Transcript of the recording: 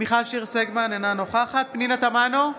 מיכל שיר סגמן, אינה נוכחת פנינה תמנו,